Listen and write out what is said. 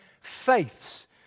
faiths